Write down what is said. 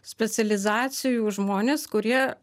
specializacijų žmonės kurie